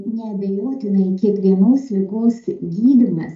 neabejotinai kiekvienos ligos gydymas